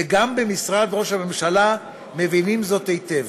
וגם במשרד ראש הממשלה מבינים זאת היטב.